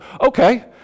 okay